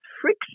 friction